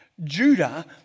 Judah